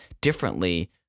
differently